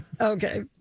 Okay